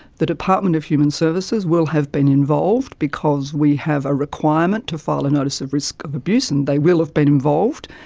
the department of human services will have been involved because we have a requirement to file a notice of risk of abuse and they will have been involved,